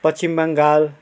Paschim Bengal